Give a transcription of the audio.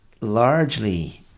largely